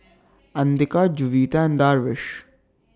Andika Juwita and Darwish